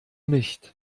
nicht